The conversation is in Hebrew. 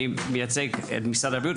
אני מייצג את משרד הבריאות,